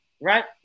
right